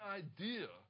idea